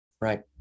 right